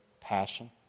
passion